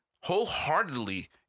wholeheartedly